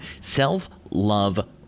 self-love